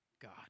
God